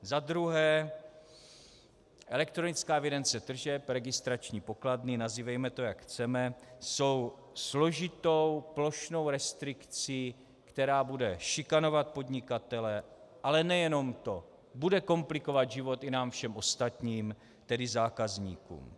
Za druhé, elektronická evidence tržeb, registrační pokladny, nazývejme to, chceme, jsou složitou plošnou restrikcí, která bude šikanovat podnikatele, ale nejenom toho, bude komplikovat život i nám všem ostatním, tedy zákazníkům.